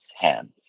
hands